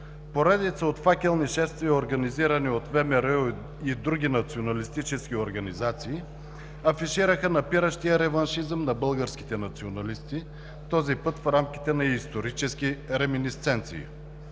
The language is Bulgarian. поредица от факелни шествия, организирани от ВМРО и други националистически организации, афишираха напиращия реваншизъм на българските националисти, този път в рамките на исторически реминисценции.